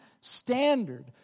standard